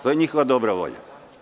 To je njihova dobra volja.